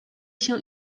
się